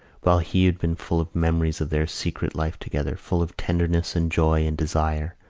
while he had been full of memories of their secret life together, full of tenderness and joy and desire,